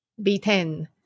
B10